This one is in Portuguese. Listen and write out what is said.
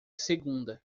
segunda